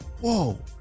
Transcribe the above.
Whoa